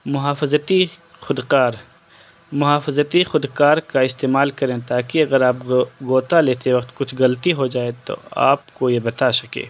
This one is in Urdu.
محافظتی خودکار محافظتی خود کار کا استعمال کریں تا کہ اگر آپ غوطہ لیتے وقت کچھ غلطی ہو جائے تو آپ کو یہ بتا سکے